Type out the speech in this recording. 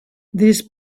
this